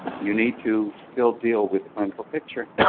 you need to still deal with the clinical picture.